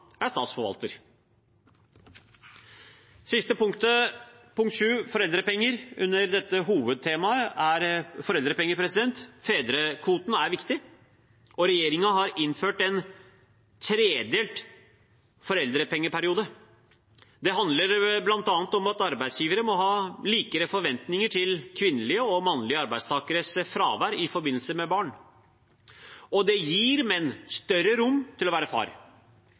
er statsforvalter. Det siste punktet under dette hovedtemaet er punkt 7 – foreldrepenger. Fedrekvoten er viktig, og regjeringen har innført en tredelt foreldrepengeperiode. Det handler bl.a. om at arbeidsgivere må ha likere forventninger til kvinnelige og mannlige arbeidstakeres fravær i forbindelse med barn, og det gir menn større rom til å være far.